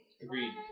Agreed